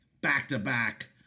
back-to-back